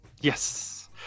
yes